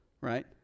Right